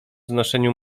znoszeniu